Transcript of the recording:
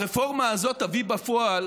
הרפורמה הזאת תביא בפועל